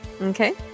Okay